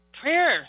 Prayer